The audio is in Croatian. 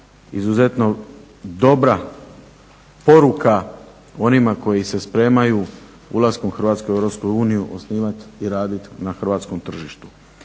izuzetno dobra poruka onima koji se spremaju ulaskom Hrvatske u Europsku uniju osnivat i radit na hrvatskom tržištu.